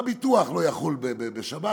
הביטוח לא יחול בשבת.